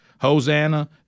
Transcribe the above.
Hosanna